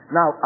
Now